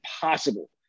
possible